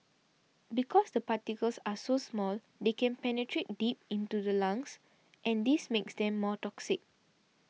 because the particles are so small they can penetrate deep into the lungs and this makes them more toxic